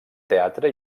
teatre